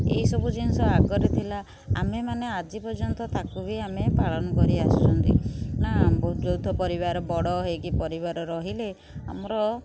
ଏସବୁ ଜିନଷ ଆଗରେ ଥିଲା ଆମେମାନେ ଆଜି ପର୍ଯ୍ୟନ୍ତ ତାକୁ ବି ଆମେ ପାଳନ କରି ଆସୁଛନ୍ତି ନା ଯୌଥ ପରିବାର ବଡ଼ ହୋଇକି ପରିବାର ରହିଲେ ଆମର